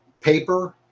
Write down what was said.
paper